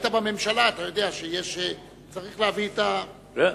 היית בממשלה ואתה יודע שצריך להביא את הצינור.